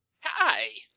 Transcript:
Hi